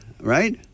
right